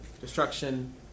destruction